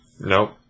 Nope